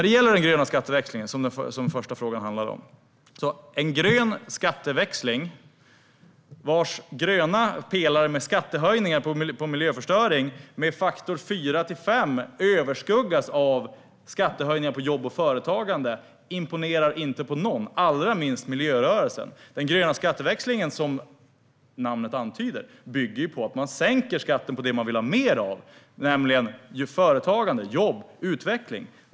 En grön skatteväxling, som den första frågan handlade om, vars gröna pelare med skattehöjningar på miljöförstöring med faktor fyra till fem överskuggas av skattehöjningar på jobb och företagande, imponerar inte på någon - allra minst miljörörelsen. Den gröna skatteväxlingen bygger, som namnet antyder, på att man sänker skatten på det man vill ha mer av: företagande, jobb, utveckling.